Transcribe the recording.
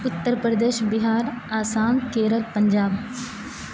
Uttar Pradesh Bihar Assam Kerala Punjab